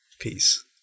peace